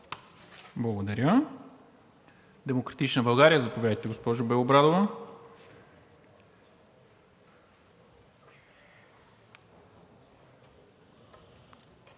Благодаря. „Демократична България“ – заповядайте, госпожо Белобрадова.